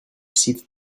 receive